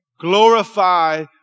Glorify